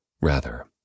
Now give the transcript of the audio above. Rather